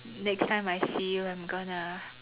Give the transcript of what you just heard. next time I see you I'm gonna